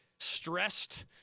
stressed